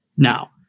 Now